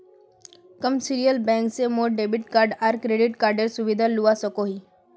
commercial bank से मोर debit card आर क्रेडिट कार्डेर सुविधा लुआ सकोही